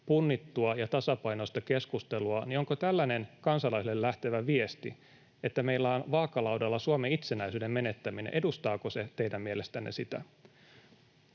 punnittua ja tasapainoista keskustelua, niin edustaako tällainen kansalaisille lähtevä viesti, että meillä on vaakalaudalla Suomen itsenäisyyden menettäminen, teidän mielestänne sitä?